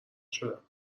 شدم